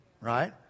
right